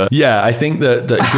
yeah, i think that